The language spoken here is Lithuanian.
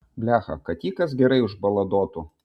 blecha kad jį kas gerai užbaladotų